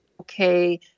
okay